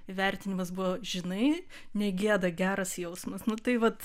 įvertinimas buvo žinai negieda geras jausmas nu tai vat